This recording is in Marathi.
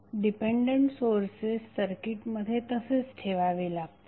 डिपेंडंट सोर्सेस सर्किटमध्ये तसेच ठेवावे लागतील